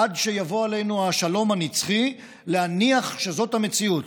עד שיבוא עלינו השלום הנצחי, להניח שזאת המציאות.